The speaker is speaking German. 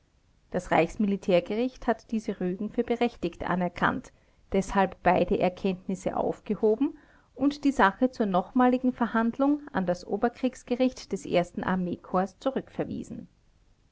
das reichsmilitärgericht hatte diese rügen für berechtigt anerkannt deshalb beide erkenntnisse aufgehoben und die sache zur nochmaligen verhandlung an das oberkriegsgericht des ersten armeekorps zurückverwiesen